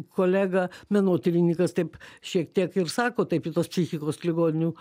kolega menotyrininkas taip šiek tiek ir sako taip tos psichikos ligonių